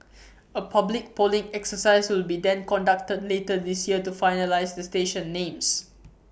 A public polling exercise will be then conducted later this year to finalise the station names